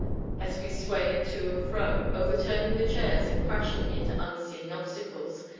as we swayed to and fro, overturning the chairs, and crashing into unseen obstacles.